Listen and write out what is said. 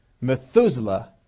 Methuselah